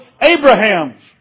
Abraham's